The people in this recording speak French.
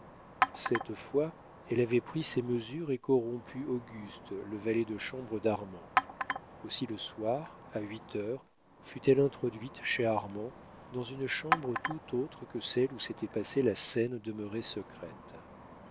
cette fois elle avait pris ses mesures et corrompu auguste le valet de chambre d'armand aussi le soir à huit heures fut-elle introduite chez armand dans une chambre tout autre que celle où s'était passée la scène demeurée secrète